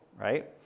right